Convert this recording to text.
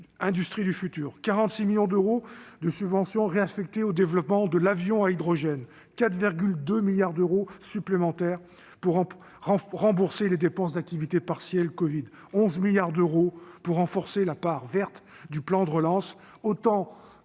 Industries du futur, 46 millions d'euros de subventions réaffectées au développement de l'avion à hydrogène, 4,2 milliards d'euros supplémentaires pour rembourser les dépenses d'activité partielle covid, 11 milliards d'euros pour renforcer la part verte du plan de relance